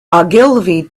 ogilvy